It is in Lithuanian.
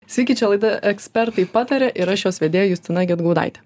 sveiki čia laida ekspertai pataria ir aš jos vedėja justina gedgaudaitė